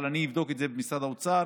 אבל אני אבדוק את זה במשרד האוצר,